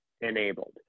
enabled